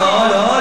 אתה הצבעת בעד,